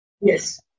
Yes